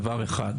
דבר אחד.